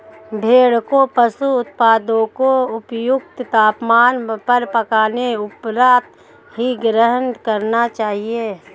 भेड़ को पशु उत्पादों को उपयुक्त तापमान पर पकाने के उपरांत ही ग्रहण करना चाहिए